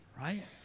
right